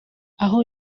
aho